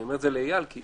אני אומר את זה לאיל, כי